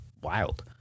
Wild